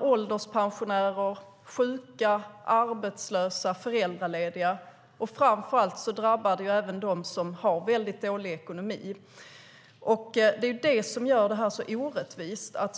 ålderspensionärer, sjuka, arbetslösa och föräldralediga, och framför allt drabbar det dem som har dålig ekonomi. Det är det som gör det här så orättvist.